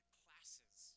classes